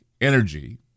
Energy